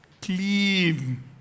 Clean